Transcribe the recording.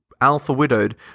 alpha-widowed